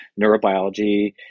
neurobiology